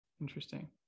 interesting